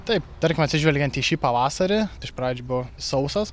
taip tarkim atsižvelgiant į šį pavasarį iš pradžių buvo sausas